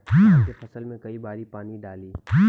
धान के फसल मे कई बारी पानी डाली?